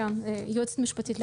היועצת המשפטית,